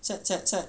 现在现在现在